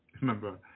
Remember